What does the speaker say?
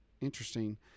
interesting